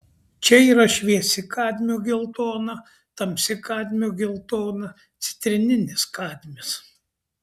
čia yra šviesi kadmio geltona tamsi kadmio geltona citrininis kadmis